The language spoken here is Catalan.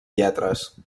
lletres